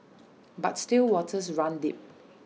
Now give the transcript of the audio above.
but still waters run deep